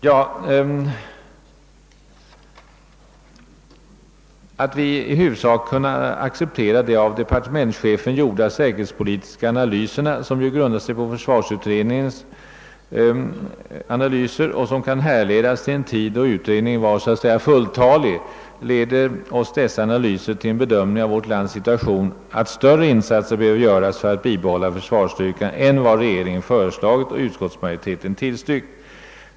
Även om vi i huvudsak kan acceptera de av departementschefen gjorda säkerhetspolitiska analyserna — som ju grundar sig på försvarsutredningens analyser och kan härledas till den tid då utredningen var fulltalig — leder oss dessa analyser vid en bedömning av vårt lands situation till slutsatsen att större insatser behöver göras för att bibehålla försvarsstyrkan än vad regeringen föreslagit och utskottsmajoriteten tillstyrkt.